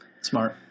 Smart